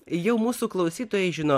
jau mūsų klausytojai žino